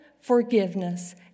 forgiveness